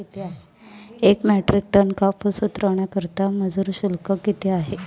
एक metric ton कापूस उतरवण्याकरता मजूर शुल्क किती आहे?